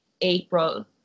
April